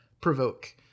provoke